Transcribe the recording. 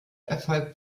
erfolgt